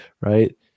right